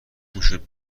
میشد